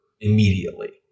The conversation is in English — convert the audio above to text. immediately